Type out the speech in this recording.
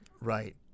Right